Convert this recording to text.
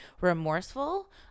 remorseful